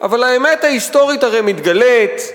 אבל האמת ההיסטורית הרי מתגלית,